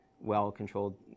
well-controlled